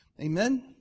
Amen